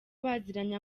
baziranye